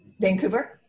Vancouver